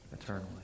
eternally